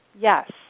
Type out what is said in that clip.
Yes